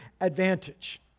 advantage